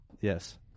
Yes